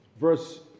Verse